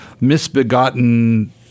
misbegotten